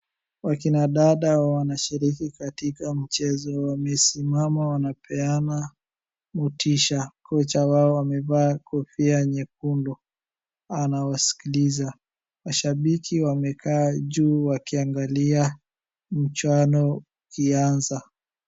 Wakina dada wanashiriki katika mchezo, wamesimama wanapeana motisha. Kocha wao amevaa kofia nyekundu, anawaskiliza. Mashabiki wamekaa juu wakiangalia mchuano ikianza.